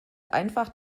einfach